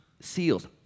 seals